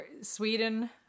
Sweden